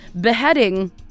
beheading